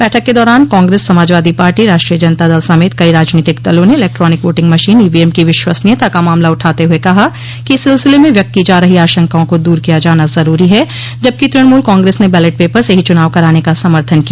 बैठक के दौरान कांग्रेस समाजवादी पार्टी राष्ट्रीय जनता दल समेत कई राजनीतिक दलों ने इलेक्ट्रानिक वोटिंग मशीन ईवीएम की विश्वसनीयता का मामला उठाते हुए कहा कि इस सिलसिले में व्यक्त की जा रही आशंकाओं को दूर किया जाना जरूरी है जबकि तृणमूल कांग्रेस ने बैलेट पेपर से ही चुनाव कराने का समर्थन किया